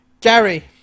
Gary